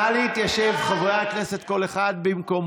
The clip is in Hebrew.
נא להתיישב, חברי הכנסת, כל אחד במקומו.